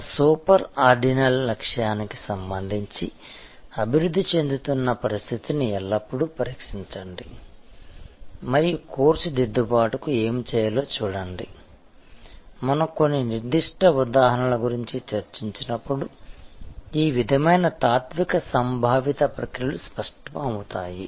ఆ super ordinal లక్ష్యానికి సంబంధించి అభివృద్ధి చెందుతున్న పరిస్థితిని ఎల్లప్పుడూ పరీక్షించండి మరియు కోర్సు దిద్దుబాటుకు ఏమి చేయాలో చూడండి మనం కొన్ని నిర్దిష్ట ఉదాహరణల గురించి చర్చించినప్పుడు ఈ విధమైన తాత్విక సంభావిత ప్రక్రియలు స్పష్టమవుతాయి